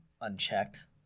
unchecked